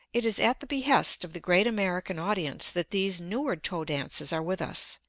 it is at the behest of the great american audience that these newer toe dances are with us.